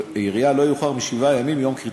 העירייה לא יאוחר משבעה ימים מיום כריתתו.